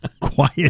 Quiet